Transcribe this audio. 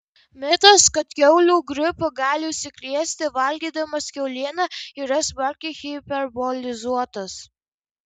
mitas kad kiaulių gripu gali užsikrėsti valgydamas kiaulieną yra smarkiai hiperbolizuotas